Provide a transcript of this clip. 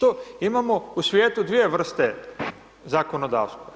Imamo u svijetu dvije vrste zakonodavstva.